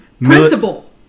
Principal